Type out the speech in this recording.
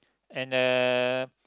and uh